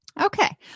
Okay